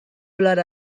hablar